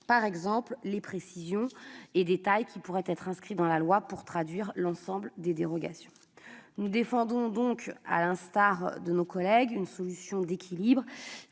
par exemple, les précisions et détails qui devraient être inscrits dans la loi pour traduire l'ensemble des dérogations. C'est pourquoi nous défendons, à l'instar de nos collègues, une solution d'équilibre